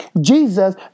Jesus